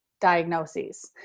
diagnoses